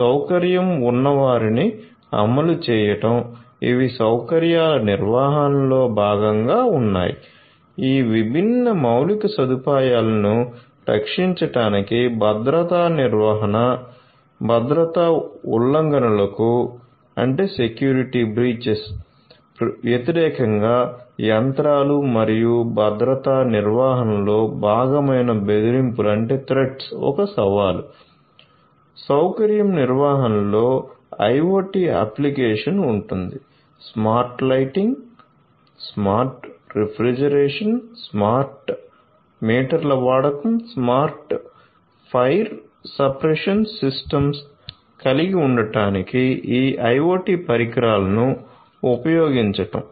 సౌకర్యం నిర్వహణలో IoT application ఉంటుంది smart lighting smart refrigeration smart మీటర్ల వాడకం స్మార్ట్ ఫైర్ సప్రెషన్ సిస్టమ్స్ కలిగి ఉండటానికి ఈ IoT పరికరాలను ఉపయోగించడం